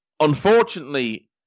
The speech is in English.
Unfortunately